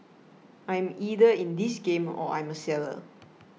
I'm either in this game or I'm a seller